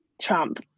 Trump